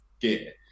gear